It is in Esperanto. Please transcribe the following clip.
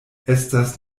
estas